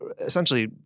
essentially